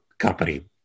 company